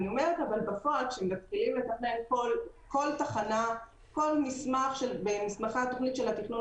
אבל בפועל כשמתחילים לתכנן כל מסמך במסמכי התכנון